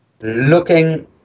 Looking